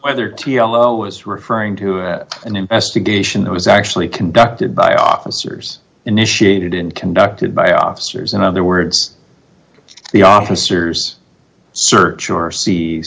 either to yellow was referring to an investigation that was actually conducted by officers initiated in conducted by officers and other words the officers search or see